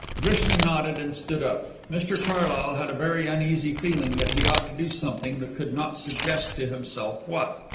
drishna nodded and stood up. mr carlyle had a very uneasy feeling that he ought to do something but could not suggest to himself what.